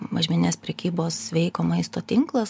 mažmeninės prekybos sveiko maisto tinklas